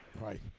Right